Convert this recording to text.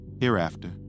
Hereafter